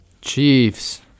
Chiefs